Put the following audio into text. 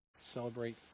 celebrate